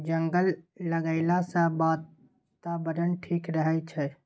जंगल लगैला सँ बातावरण ठीक रहै छै